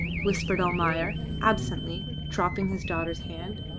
whispered almayer, absently, dropping his daughter's hand.